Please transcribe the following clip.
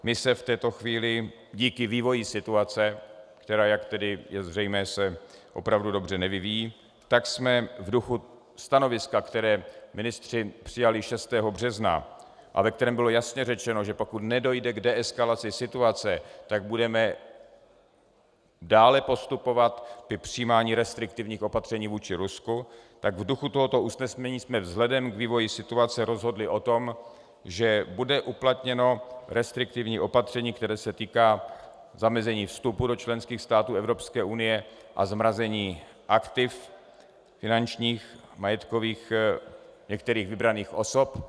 My se v této chvíli kvůli vývoji situace, která se, jak je zřejmé, opravdu dobře nevyvíjí, tak jsme v duchu stanoviska, které ministři přijali 6. března a ve kterém bylo jasně řečeno, že pokud nedojde k deeskalaci situace, tak budeme dále postupovat v přijímání restriktivních opatření vůči Rusku, tak v duchu tohoto usnesení jsme vzhledem k vývoji situace rozhodli o tom, že bude uplatněno restriktivní opatření, které se týká zamezení vstupu do členských států Evropské unie a zmrazení aktiv finančních a majetkových některých vybraných osob.